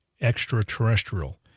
extraterrestrial